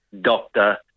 doctor